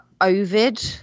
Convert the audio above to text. Ovid